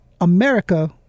America